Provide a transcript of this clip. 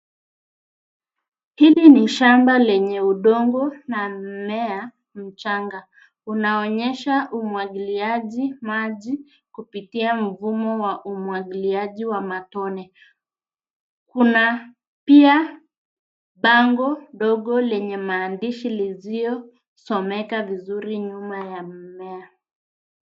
Hili ni shamba lenye udongo na mmea mchanga. Unaonyesha umwagiliaji maji kupitia mfumo wa umwagiliaji wa matone. Kuna pia bango ndogo lenye maandishi lisiomeka vizuri nyuma ya mmea.